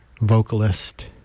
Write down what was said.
vocalist